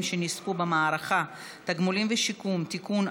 שנספו במערכה (תגמולים ושיקום) (תיקון,